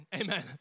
amen